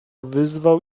wyzwał